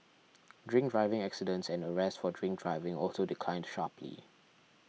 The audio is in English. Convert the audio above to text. drink driving accidents and arrests for drink driving also declined sharply